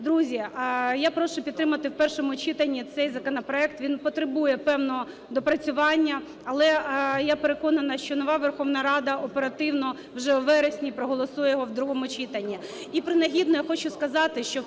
Друзі, я прошу підтримати в першому читанні цей законопроект. Він потребує певного доопрацювання. Але я переконана, що нова Верховна Рада оперативно вже в вересні проголосує його в другому читанні. І принагідно, я хочу сказати, що